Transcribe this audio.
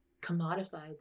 commodified